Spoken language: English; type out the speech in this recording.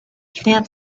thin